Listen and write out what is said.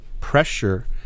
pressure